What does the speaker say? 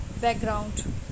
Background